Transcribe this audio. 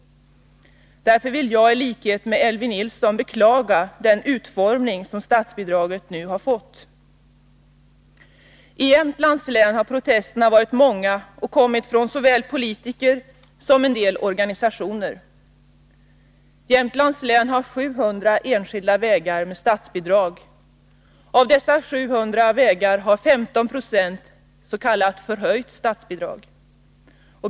Därför vill jag i likhet med Elvy Nilsson beklaga den utformning som statsbidraget nu har fått. I Jämtlands län har protesterna varit många och kommit från såväl politiker som organisationer. Jämtlands län har 700 enskilda vägar med statsbidrag. Av dessa har 15 960 s.k. förhöjt statsbidrag.